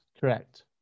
Correct